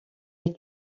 est